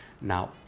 Now